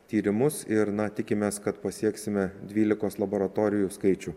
tyrimus ir na tikimės kad pasieksime dvylikos laboratorijų skaičių